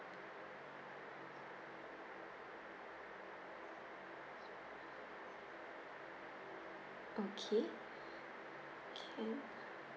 okay can